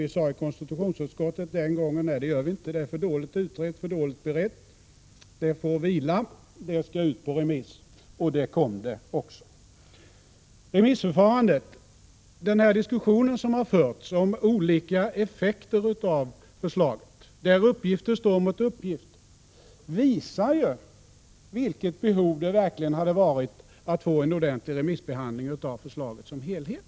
Vi i konstitutionsutskottet sade att det inte gick för sig. Ärendet var för dåligt berett och måste ut på remiss, vilket också skedde. Så till remissförfarandet. Den diskussion som förts om olika effekter av förslaget, där uppgift står mot uppgift, visar vilket behov som verkligen förelåg av en remissbehandling av förslaget som helhet.